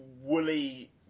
woolly